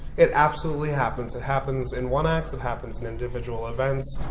it absolutely happens. it happens in one-acts. it happens in individual events.